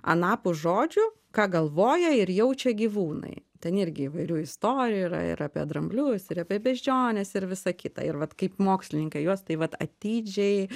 anapus žodžių ką galvoja ir jaučia gyvūnai ten irgi įvairių istorijų yra ir apie dramblius ir apie beždžiones ir visa kita ir vat kaip mokslininkai juos taip vat atidžiai